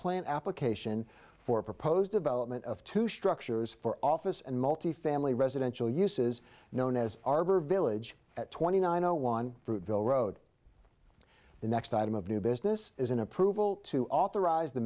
plan application for proposed development of two structures for office and multi family residential uses known as arbor village at twenty nine zero one ville road the next item of new business is an approval to authorize the